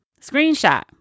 screenshot